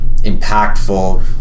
impactful